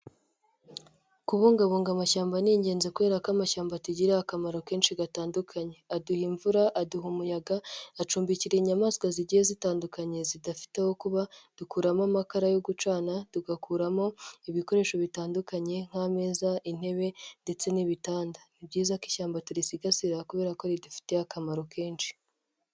Kubungabunga amashyamba n'ingenzi kubera ko amashyamba atugiriye akamaro kenshi gatandukanye, aduha imvura, aduha umuyaga, acumbikira inyamaswa zigiye zitandukanye zidafite aho kuba, dukuramo amakara yo gucana, tugakuramo ibikoresho bitandukanye nk'ameza, intebe ndetse n'ibitanda. Ni byiza ko ishyamba turisigasira kubera ko ridufitiye akamaro kenshi.